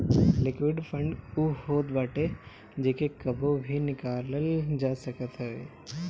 liquid fund उ होत बाटे जेके कबो भी निकालल जा सकत हवे